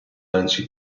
lanci